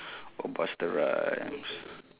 oh busta rhymes